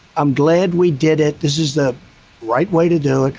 i'm glad we did it. this is the right way to do it.